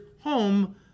home